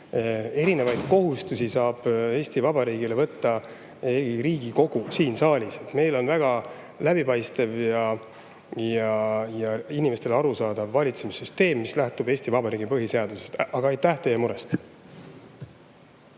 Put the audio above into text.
Erinevaid kohustusi saab Eesti Vabariigile võtta Riigikogu siin saalis. Meil on väga läbipaistev ja inimestele arusaadav valitsemissüsteem, mis lähtub Eesti Vabariigi põhiseadusest. Aga aitäh teile